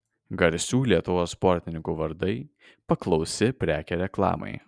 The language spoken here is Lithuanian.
garsių lietuvos sportininkų vardai paklausi prekė reklamai